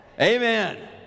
Amen